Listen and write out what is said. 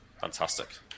Fantastic